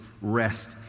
rest